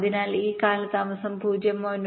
അതിനാൽ ഈ കാലതാമസം 0